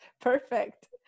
Perfect